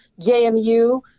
JMU